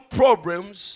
problems